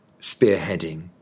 spearheading